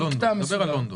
תדבר על לונדון.